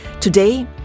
Today